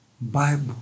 Bible